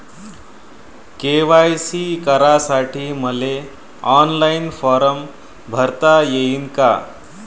KYC करासाठी मले online form भरता येईन का?